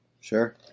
sure